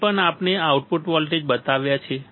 અહીં પણ આપણે આઉટપુટ વોલ્ટેજ બતાવ્યા છે